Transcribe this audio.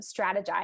strategize